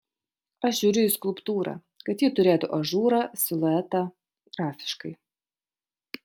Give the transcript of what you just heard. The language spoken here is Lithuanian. aš žiūriu į skulptūrą kad ji turėtų ažūrą siluetą grafiškai